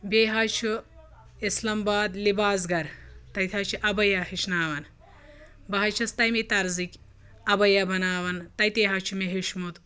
بیٚیہِ حظ چھُ اِسلام آباد لِباس گھر تَتہِ حظ چھُ اَبَیاہ ہیٚچھناوان بہٕ حظ چھَس تَمی ترزٕکۍ اَبَیاہ بَناوَن تَتی حظ چھُ مےٚ ہیٚچھمُت